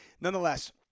Nonetheless